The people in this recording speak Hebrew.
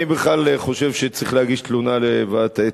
אני בכלל חושב שצריך להגיש תלונה לוועדת האתיקה,